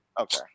Okay